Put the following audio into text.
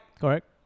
Correct